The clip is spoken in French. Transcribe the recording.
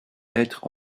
être